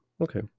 okay